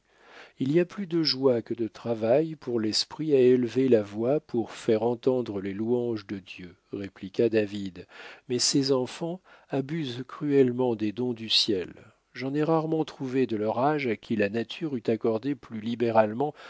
il y a plus de joie que de travail pour l'esprit à élever la voix pour faire entendre les louanges de dieu répliqua david mais ces enfants abusent cruellement des dons du ciel j'en ai rarement trouvé de leur âge à qui la nature eût accordé plus libéralement